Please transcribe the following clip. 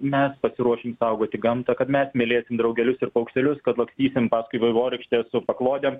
mes pasiruošim saugoti gamtą kad mes mylėsim draugelius ir paukštelius kad lakstysim paskui vaivorykštę su paklodėm